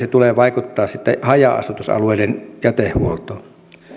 tulee vaikuttamaan sitten haja asutusalueiden jätehuoltoon